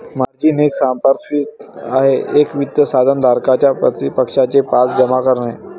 margin हे सांपार्श्विक आहे एक वित्त साधन धारकाच्या प्रतिपक्षाचे पास जमा करणे